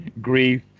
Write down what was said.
grief